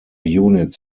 units